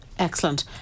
Excellent